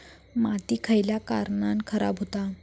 माती खयल्या कारणान खराब हुता?